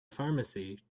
pharmacy